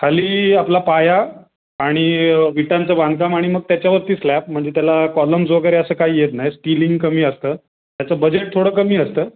खाली आपला पाया आणि विटांचं बांधकाम आणि मग त्याच्यावरती स्लॅब म्हणजे त्याला कॉलम्ज वगैरे असं काही येत नाही स्टिलिंग कमी असतं त्याचं बजेट थोडं कमी असतं